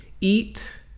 eat